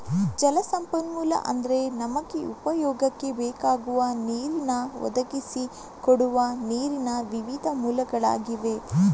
ಜಲ ಸಂಪನ್ಮೂಲ ಅಂದ್ರೆ ನಮಗೆ ಉಪಯೋಗಕ್ಕೆ ಬೇಕಾಗುವ ನೀರನ್ನ ಒದಗಿಸಿ ಕೊಡುವ ನೀರಿನ ವಿವಿಧ ಮೂಲಗಳಾಗಿವೆ